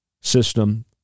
system